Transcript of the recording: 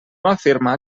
afirmar